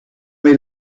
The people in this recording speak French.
mais